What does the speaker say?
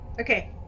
Okay